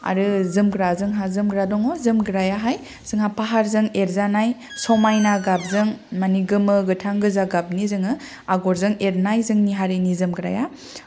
आरो जोमग्रा जोंहा जोमग्रा दङ जोमग्रायाहाय जोंहा फाहारजों एरजानाय समायना गाबजों माने गोमो गोथां गोजा गाबनि जोङो आगरजों एरनाय जोंनि हारिनि जोमग्राया